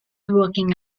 working